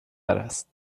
است